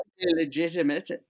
legitimate